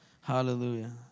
Hallelujah